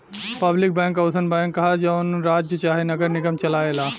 public bank अउसन bank ह जवन राज्य चाहे नगर निगम चलाए ला